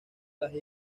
las